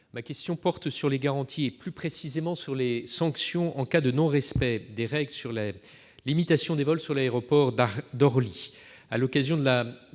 Ma question porte sur les garanties et, plus précisément, sur les sanctions en cas de non-respect des règles en matière de limitation des vols sur l'aéroport d'Orly. À l'occasion de la